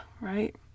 right